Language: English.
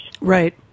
Right